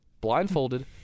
blindfolded